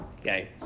okay